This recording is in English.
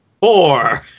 Four